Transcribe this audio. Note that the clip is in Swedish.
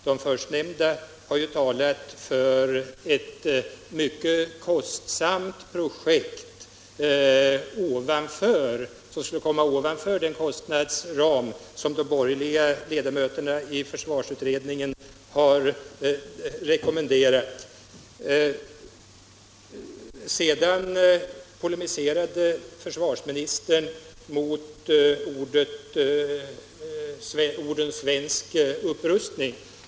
De båda förstnämnda har ju talat för ett mycket kostsamt projekt ovanför den kostnadsram som de borgerliga ledamöterna i försvarsutredningen har rekommenderat. Försvarsministern polemiserade mot orden ”svensk upprustning”.